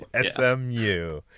SMU